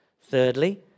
thirdly